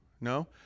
No